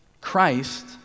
Christ